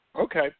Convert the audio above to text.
Okay